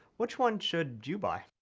which one should you buy?